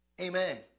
Amen